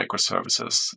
microservices